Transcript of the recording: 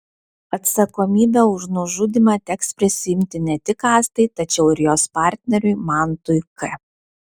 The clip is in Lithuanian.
atsakomybę už nužudymą teks prisiimti ne tik astai tačiau ir jos partneriui mantui k